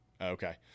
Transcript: okay